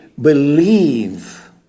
believe